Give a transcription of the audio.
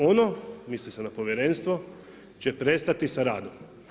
Ono, misli se na povjerenstvo će prestati sa radom.